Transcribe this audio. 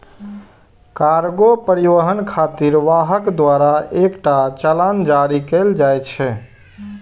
cargo परिवहन खातिर वाहक द्वारा एकटा चालान जारी कैल जाइ छै